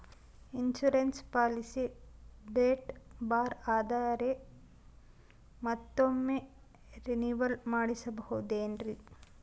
Insurance policy date ಬಾರ್ ಆದರೆ ಮತ್ತೊಮ್ಮೆ ರಿನಿವಲ್ ಮಾಡಿಸಬಹುದೇ ಏನ್ರಿ?